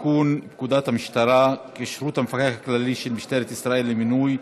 לתיקון פקודת המשטרה (כשירות המפקח הכללי של משטרת ישראל למינוי,